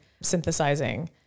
synthesizing